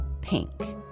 pink